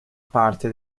parte